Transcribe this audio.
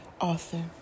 author